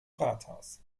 rathaus